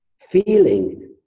feeling